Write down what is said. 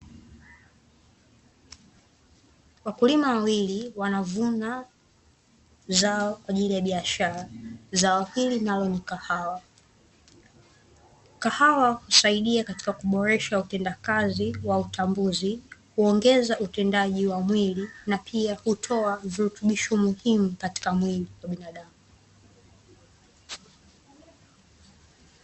Wakulima wawili wanavuna zao kwa ajili ya biashara, zao hili nalo ni kahawa. Kahawa husaidia katika kuboresha utenda kazi wa utambuzi, huongeza utendaji wa mwili na pia hutoa virutubisho muhimu katika mwili wa binadamu.